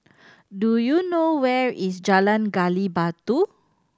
do you know where is Jalan Gali Batu